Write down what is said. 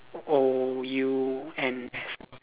O U N S